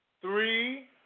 three